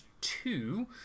two